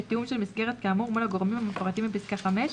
ותיאום של מסגרת כאמור מול הגורמים המפורטים בפסקה (5)